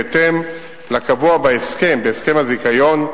בהתאם לקבוע בהסכם הזיכיון.